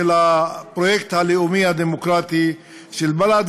של הפרויקט הלאומי הדמוקרטי של בל"ד.